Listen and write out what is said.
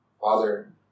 Father